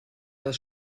das